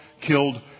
killed